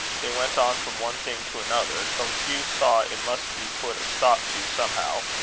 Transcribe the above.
they went on from one thing to another, till hugh saw it must be put a stop to somehow,